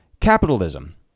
capitalism